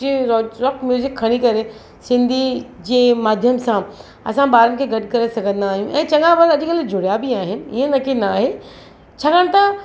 जे rock music खणी करे सिंधी जे माध्यम सां असां ॿारनि खे गॾु करे सघंदा आहियूं ऐं चङा ॿार अॼुकल्ह जुड़िया बि आहिनि इअं न की न आहे छाकाणि त